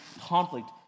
conflict